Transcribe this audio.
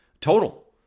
total